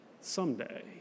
someday